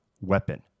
weapon